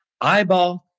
eyeball